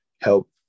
help